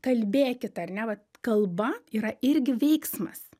kalbėkit ar ne vat kalba yra irgi veiksmas